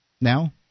now